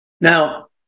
Now